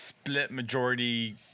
Split-majority